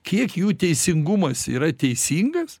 kiek jų teisingumas yra teisingas